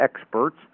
experts